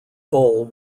bowl